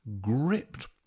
gripped